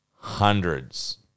hundreds